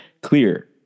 clear